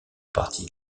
partie